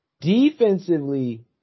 Defensively